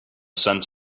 scent